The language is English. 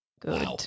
Good